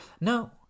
No